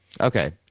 Okay